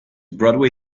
broadway